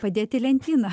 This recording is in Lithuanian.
padėt į lentyną